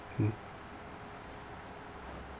mm